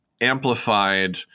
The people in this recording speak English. amplified